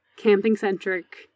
camping-centric